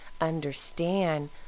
understand